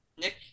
Nick